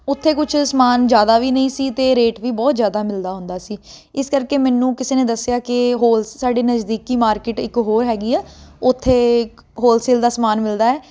ਉੱਥੇ ਕੁਛ ਸਮਾਨ ਜ਼ਿਆਦਾ ਵੀ ਨਹੀਂ ਸੀ ਅਤੇ ਰੇਟ ਵੀ ਬਹੁਤ ਜ਼ਿਆਦਾ ਮਿਲਦਾ ਹੁੰਦਾ ਸੀ ਇਸ ਕਰਕੇ ਮੈਨੂੰ ਕਿਸੇ ਨੇ ਦੱਸਿਆ ਕਿ ਹੋਲਸ ਸਾਡੇ ਨਜ਼ਦੀਕੀ ਮਾਰਕੀਟ ਇੱਕ ਹੋਰ ਹੈਗੀ ਆ ਉੱਥੇ ਹੋਲਸੇਲ ਦਾ ਸਮਾਨ ਮਿਲਦਾ ਹੈ